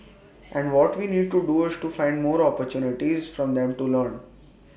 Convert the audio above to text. and what we need to do is find more opportunities for them to learn